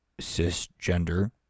cisgender